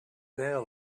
their